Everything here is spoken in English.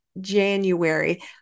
January